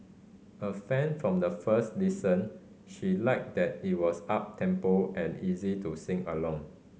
a fan from the first listen she liked that it was uptempo and easy to sing along